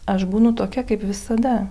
aš būnu tokia kaip visada